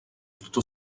tuto